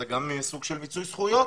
זה גם סוג של מיצוי זכויות,